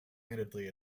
handedly